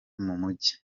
tw’umujyi